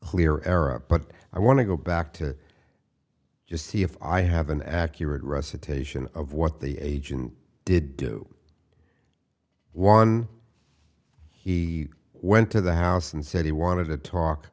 clear error but i want to go back to just see if i have an accurate recitation of what the agent did do one he went to the house and said he wanted to talk